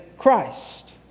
Christ